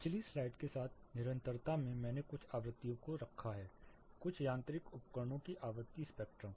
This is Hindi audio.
पिछली स्लाइड के साथ निरंतरता में मैंने कुछ आवृत्तियों को रखा है कुछ यांत्रिक उपकरणों की आवृत्ति स्पेक्ट्रम